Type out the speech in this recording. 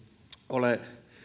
ole